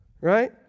Right